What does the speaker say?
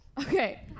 Okay